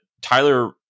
Tyler